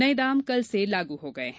नए दाम कल से लागू हो गए हैं